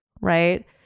right